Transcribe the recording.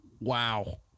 wow